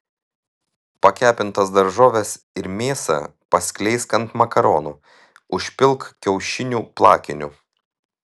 pakepintas daržoves ir mėsą paskleisk ant makaronų užpilk kiaušinių plakiniu